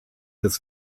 des